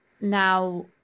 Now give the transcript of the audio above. now